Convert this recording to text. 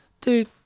dude